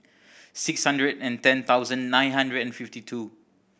six hundred and ten thousand nine hundred and fifty two